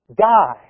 die